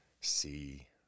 see